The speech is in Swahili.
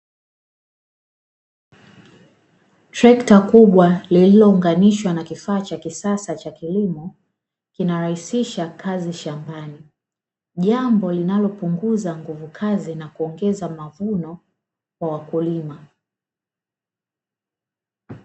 Trekta kubwa lililounganishwa na kifaa cha kisasa cha kilimo kinarahisisha kazi shambani, jambo linalopunguza nguvu kazi na kuongeza mavuno kwa wakulima.